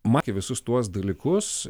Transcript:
matė visus tuos dalykus